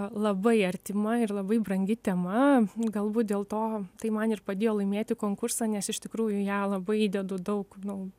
labai artima ir labai brangi tema galbūt dėl to tai man ir padėjo laimėti konkursą nes iš tikrųjų į ją labai įdedu daug nu